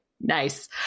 Nice